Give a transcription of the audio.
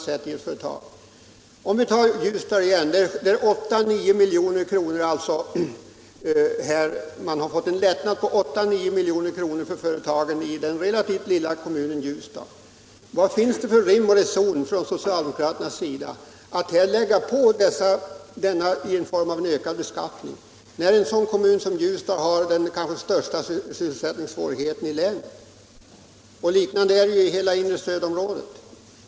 Företagen i den relativt lilla kommunen Ljusdal har fått lättnader på 8-9 milj.kr. genom den sänkta arbetsgivaravgiften. Är det då någon rim och reson från socialdemokraternas sida att här lägga på en ökad beskattning, när en kommun som Ljusdal har de största sysselsättningssvårigheterna i länet? På samma sätt är det inom hela det inre stödområdet.